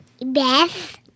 Beth